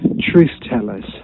truth-tellers